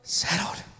settled